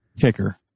kicker